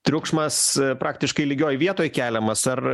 triukšmas praktiškai lygioj vietoj keliamas ar